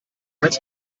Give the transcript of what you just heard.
eins